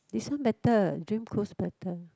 this one better Dream Cruise better